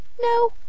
No